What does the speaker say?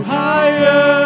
higher